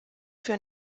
für